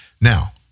Now